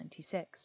1996